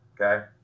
Okay